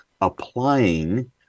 applying